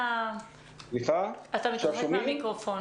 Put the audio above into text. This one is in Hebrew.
תתקרב למיקרופון.